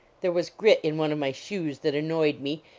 there was grit in one of my shoes that annoyed me,